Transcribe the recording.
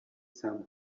some